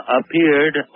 appeared